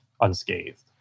unscathed